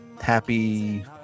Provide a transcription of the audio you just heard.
happy